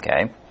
Okay